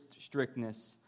strictness